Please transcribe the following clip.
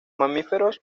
mamíferos